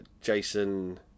Jason